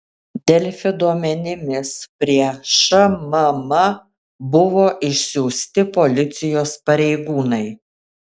delfi duomenimis prie šmm buvo išsiųsti policijos pareigūnai